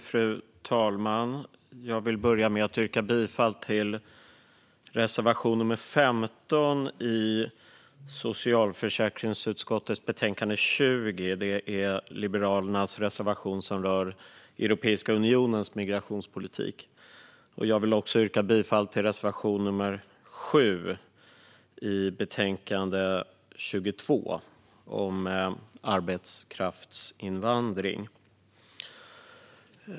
Fru talman! Jag vill börja med att yrka bifall till reservation 15 i socialförsäkringsutskottets betänkande 20. Detta är Liberalernas reservation som rör Europeiska unionens migrationspolitik. Jag vill också yrka bifall till reservation 7 i betänkande 22 om arbetskraftsinvandring.